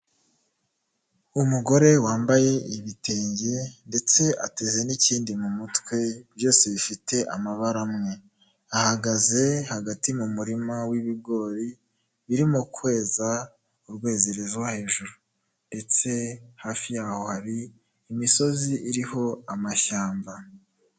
Umugore wambaye ibitenge ndetse ateze n'ikindi mu mutwe byose bifite amabara amwe, ahagaze hagati mu murima w'ibigori, birimo kweza urwezerezwa hejuru ndetse hafi yaho hari imisozi iriho amashyamba.